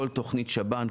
כל תוכנית שב"ן,